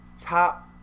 top